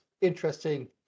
interesting